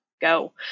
go